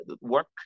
work